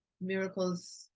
miracles